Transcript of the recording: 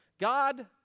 God